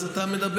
אז אתה מדבר,